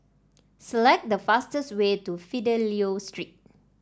select the fastest way to Fidelio Street